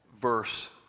Verse